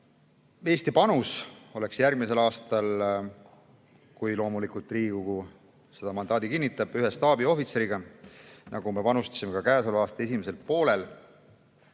Eesti panus oleks järgmisel aastal, kui Riigikogu loomulikult selle mandaadi kinnitab, üks staabiohvitser, nagu me panustasime ka käesoleva aasta esimesel poolel.